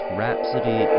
Rhapsody